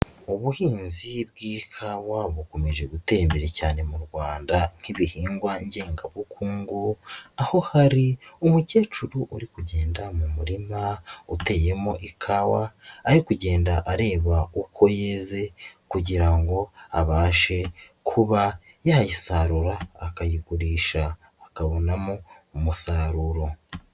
Ubuhinzi bw'ikawa bukomeje gutera imbere cyane mu Rwanda nk'ibihingwa ngengabukungu aho hari umukecuru uri kugenda mu murima uteyemo ikawa, ari kugenda areba uko yeze kugira ngo abashe kuba yayisarura akayigurisha akabonamo umusaruro.